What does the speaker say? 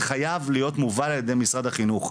זה חייב להיות מובל על ידי משרד החינוך.